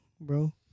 bro